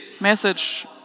message